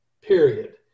period